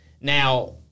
now